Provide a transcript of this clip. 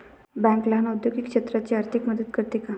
Bank लहान औद्योगिक क्षेत्राची आर्थिक मदत करते का?